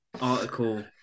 article